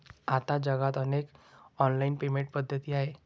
आता जगात अनेक ऑनलाइन पेमेंट पद्धती आहेत